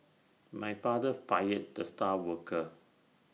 my father fired the star worker